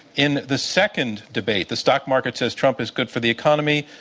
in the second debate, the stock market says trump is good for the economy,